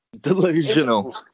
Delusional